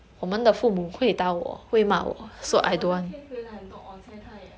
!huh! but 我那天回来很多 orh cheh 他也